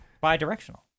bi-directional